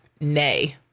Nay